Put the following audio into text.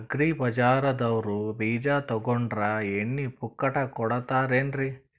Agri ಬಜಾರದವ್ರು ಬೀಜ ತೊಗೊಂಡ್ರ ಎಣ್ಣಿ ಪುಕ್ಕಟ ಕೋಡತಾರೆನ್ರಿ?